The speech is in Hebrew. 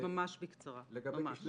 ממש בקצרה.